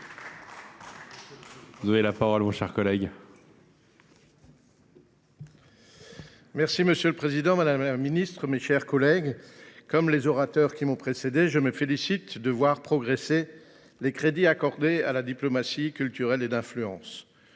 avis. Monsieur le président, madame la ministre, mes chers collègues, comme les orateurs précédents, je me félicite de voir progresser les crédits accordés à la diplomatie culturelle et d’influence.